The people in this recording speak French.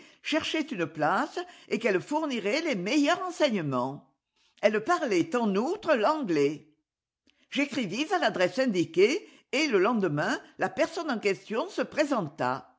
cherchait une place et qu'elle fournirait les meilleurs renseignements elle parlait en outre l'anglais j'écrivis à l'adresse indiquée et le lendemain la personne en question se présenta